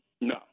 No